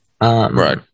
Right